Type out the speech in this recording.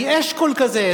"לוי אשכול" כזה,